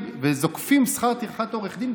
וזוקפים שכר טרחה עורך דין,